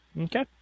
okay